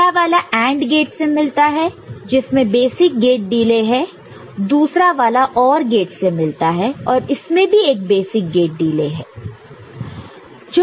पहला वाला AND gate से मिलता है जिसमें बेसिक गेट डिले है दूसरा वाला OR गेट से मिलता है और इसमें भी एक बेसिक गेट डिले है